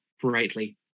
brightly